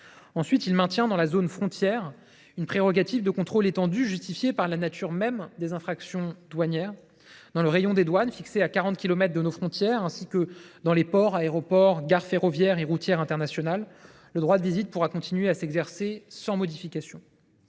Ensuite, le texte maintient dans la zone frontière une prérogative de contrôle étendue, justifiée par la nature même des infractions douanières. Dans le rayon des douanes, fixé à quarante kilomètres de nos frontières, ainsi que dans les ports, aéroports, gares ferroviaires et routières internationales, le droit de visite pourra continuer à s’exercer sans modification.